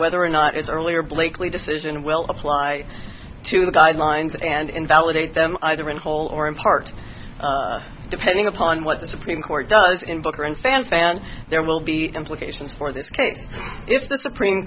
whether or not its earlier blakeley decision will apply to the guidelines and invalidate them either in whole or in part depending upon what the supreme court does in booker and fanfan there will be implications for this case if the supreme